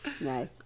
Nice